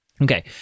Okay